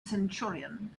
centurion